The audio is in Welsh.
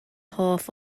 hoff